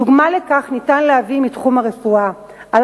דוגמה לכך אפשר להביא מתחום הרפואה: על